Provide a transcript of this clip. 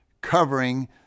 covering